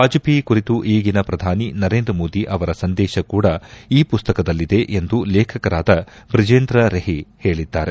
ವಾಜಪೇಯಿ ಕುರಿತು ಈಗಿನ ಪ್ರಧಾನಿ ನರೇಂದ್ರ ಮೋದಿ ಅವರ ಸಂದೇಶ ಕೂಡ ಈ ಪುಸ್ತಕದಲ್ಲಿದೆ ಎಂದು ಲೇಖಕರಾದ ಬ್ರಜೇಂದ್ರ ರೆಹಿ ಹೇಳಿದ್ದಾರೆ